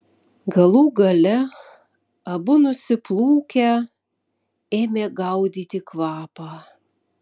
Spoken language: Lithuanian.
galų gale abu nusiplūkę ėmė gaudyti kvapą